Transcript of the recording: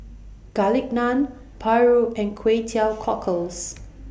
Garlic Naan Paru and Kway Teow Cockles